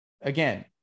Again